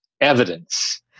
evidence